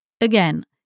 Again